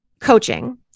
coaching